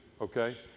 okay